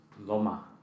Loma